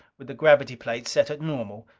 with the gravity plates set at normal,